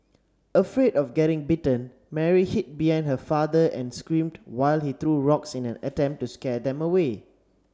afraid of getting bitten Mary hid behind her father and screamed while he threw rocks in an attempt to scare them away